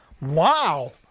Wow